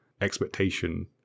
expectation